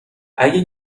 اگه